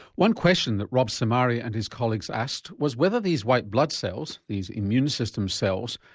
one question that rob simari and his colleagues asked was whether these white blood cells, these immune system cells,